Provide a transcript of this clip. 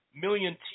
million